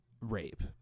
rape